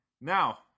Now